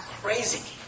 crazy